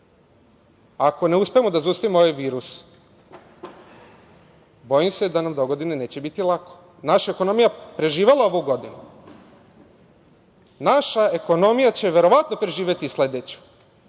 Ako ne uspemo da zaustavimo ovaj virus bojim se da nam dogodine neće biti lako. Naša ekonomija je preživela ovu godinu. Naša ekonomija će preživeti verovatno i sledeću,